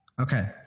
Okay